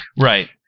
Right